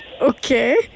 Okay